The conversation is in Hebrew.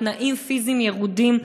תנאים פיזיים ירודים,